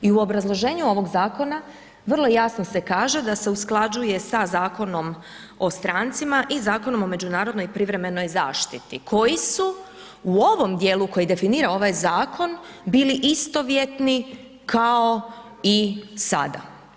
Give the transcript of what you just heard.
I u obrazloženju ovog zakona vrlo jasno se kaže da se usklađuje sa Zakonom o strancima i Zakonom o međunarodnoj privremenoj zaštiti koji su u ovom dijelu koji definira ovaj zakon bili istovjetni kao i sada.